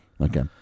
Okay